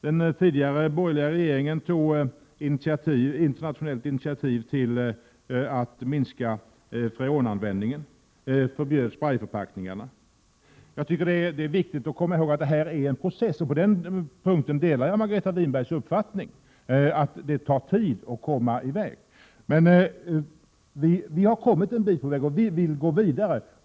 Den tidigare borgerliga regeringen tog internationellt initiativ till att minska freonanvändningen, förbjuda sprayförpackningarna. Det är viktigt att komma ihåg att det här är en process; jag delar Margareta Winbergs uppfattning att det tar tid att komma i väg. Vi har kommit en bit på väg, och vi vill gå vidare.